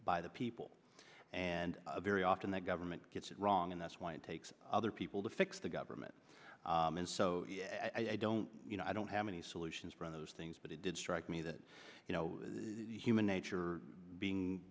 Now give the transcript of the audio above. by the people and very often the government gets it wrong and that's why it takes other people to fix the government and so i don't you know i don't have any solutions for those things but it did strike me that you know the human nature being